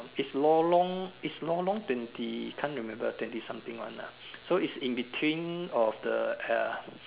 is Lorong is Lorong twenty can't remember twenty something one ah so is in between of the uh